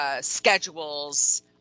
Schedules